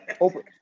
open